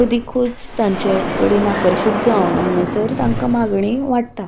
अदिकूच तांचे कडेन आकर्शीत जावन हांगासर तांकां मागणी वाडटा